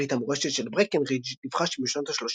ברית המורשת של ברקנרידג' דיווחה שבשנות ה-30